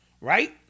right